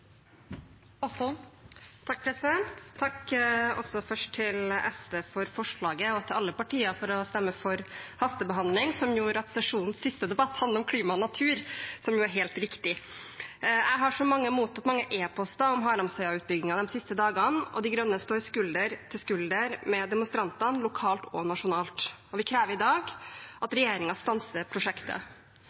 mogleg. Først: Takk til SV for forslaget og til alle partier for å stemme for hastebehandling, som gjorde at sesjonens siste debatt handler om klima og natur, som jo er helt riktig. Jeg har, som mange, mottatt mange e-poster om Haramsøya-utbyggingen de siste dagene. De Grønne står skulder til skulder med demonstrantene lokalt og nasjonalt, og vi krever i dag at regjeringen stanser prosjektet.